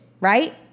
right